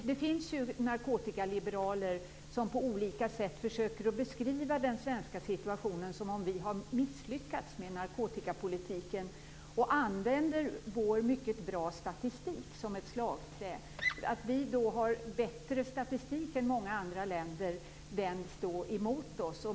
Det finns ju narkotikaliberaler som på olika sätt försöker att beskriva den svenska situationen som att vi hade misslyckats med narkotikapolitiken. Man använder vår mycket goda statistik som ett slagträ. Att vi har bättre statistik än många andra länder vänds då emot oss.